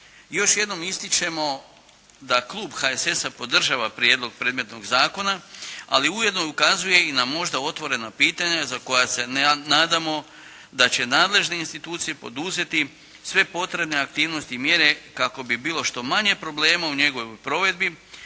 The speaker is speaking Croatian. još jednom ističemo da klub HSS-a podržava prijedlog predmetnog zakona, ali ujedno ukazuje i na možda otvorena pitanja za koja se nadamo da će nadležne institucije poduzeti sve potrebne aktivnosti i mjere kako bi bilo što manje problema u njegovoj provedbi,